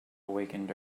awakened